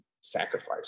sacrifice